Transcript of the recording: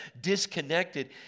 disconnected